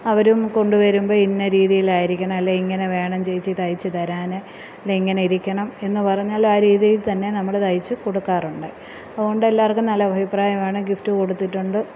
അവരും കൊണ്ട് വരുമ്പം ഇന്ന രീതിയിലായിരിക്കണം അല്ലെ ഇങ്ങനെ വേണം ചേച്ചി തയ്ച്ച് തരാൻ ഇത് ഇങ്ങനെയിരിക്കണം എന്ന് പറഞ്ഞാൽ ആ രീതിയിൽ തന്നെ നമ്മൾ തയ്ച്ച് കൊടുക്കാറുണ്ട് അത്കൊണ്ട് എല്ലാവർക്കും നല്ല അഭിപ്രായമാണ് ഗിഫ്റ്റ് കൊടുത്തിട്ടുണ്ട്